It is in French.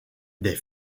des